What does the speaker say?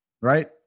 right